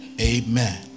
amen